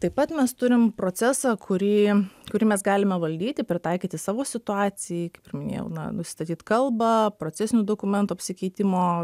taip pat mes turim procesą kurį kurį mes galime valdyti pritaikyti savo situacijai kaip ir minėjau na nusistatyt kalbą procesinių dokumentų apsikeitimo